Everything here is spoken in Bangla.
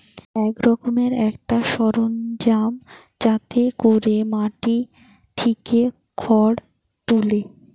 এক রকমের একটা সরঞ্জাম যাতে কোরে মাটি থিকে খড় তুলে